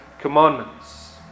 commandments